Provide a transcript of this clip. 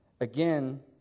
Again